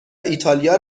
ایتالیا